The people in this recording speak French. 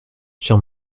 cher